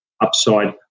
upside